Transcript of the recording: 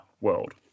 world